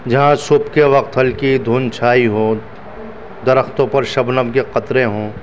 جہاں صبح کے وقت ہلکی دھند چھائی ہو درختوں پر شبنم کے قطرے ہوں